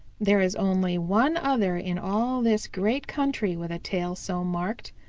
there is only one other in all this great country with a tail so marked,